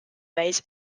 raise